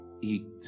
eat